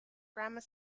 grammar